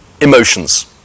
emotions